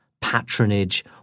patronage